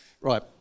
Right